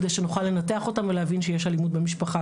וכדי שנוכל לנתח אותם ולהבין שיש אלימות במשפחה.